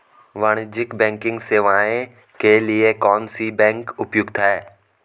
वाणिज्यिक बैंकिंग सेवाएं के लिए कौन सी बैंक उपयुक्त है?